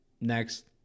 next